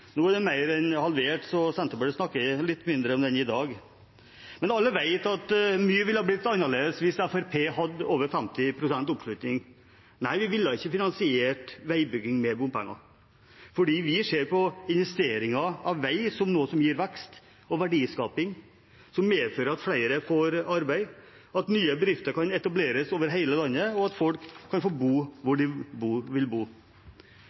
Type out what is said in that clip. Nå er den mer enn halvert, så Senterpartiet snakker litt mindre om den i dag. Men alle vet at mye ville ha blitt annerledes hvis Fremskrittspartiet hadde over 50 pst. oppslutning. Nei, vi ville ikke ha finansiert veibygging med bompenger, fordi vi ser på investering av vei som noe som gir vekst og verdiskaping, som medfører at flere får arbeid, at nye bedrifter kan etableres over hele landet, og at folk kan få bo der de vil bo.